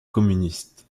communiste